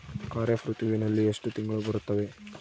ಖಾರೇಫ್ ಋತುವಿನಲ್ಲಿ ಎಷ್ಟು ತಿಂಗಳು ಬರುತ್ತವೆ?